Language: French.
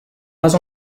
pas